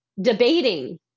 debating